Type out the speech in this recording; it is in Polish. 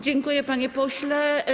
Dziękuję, panie pośle.